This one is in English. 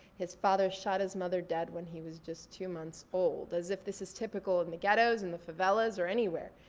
his father shot his mother dead when he was just two months old, as if this is typical in the ghettos, in the favelas, or anywhere.